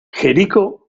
jericho